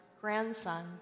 grandson